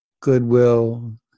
goodwill